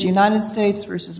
united states versus